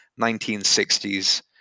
1960s